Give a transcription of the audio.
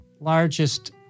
largest